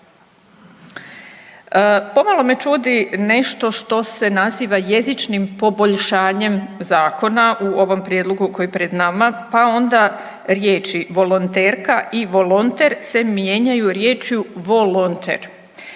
Pomalo me čudi nešto što se naziva jezičnim poboljšanjem zakona u ovom prijedlogu koji je pred nama, pa onda riječi „volonterka“ i „volonter“ se mijenjaju riječju „volonter“.